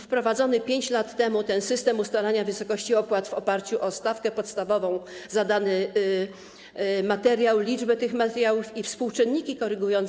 Wprowadzony 5 lat temu system ustalania wysokości opłat w oparciu o stawkę podstawową, zadany materiał, liczbę materiałów i współczynniki korygujące.